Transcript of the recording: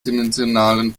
dimensionalen